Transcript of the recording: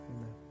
Amen